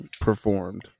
performed